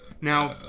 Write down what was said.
Now